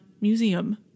Museum